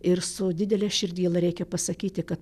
ir su didele širdgėla reikia pasakyti kad